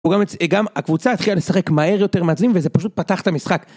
גם הקבוצה התחילה לשחק מהר יותר מעזים וזה פשוט פתח את המשחק.